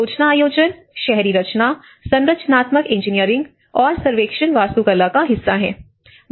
योजना आयोजन शहरी रचना संरचनात्मक इंजीनियरिंग और सर्वेक्षण वास्तु कला का हिस्सा हैं